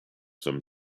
some